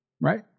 Right